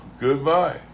goodbye